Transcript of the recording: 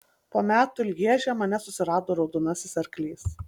po metų lježe mane susirado raudonasis arklys